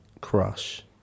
Crush